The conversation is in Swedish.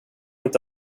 inte